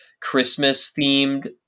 Christmas-themed